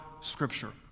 Scripture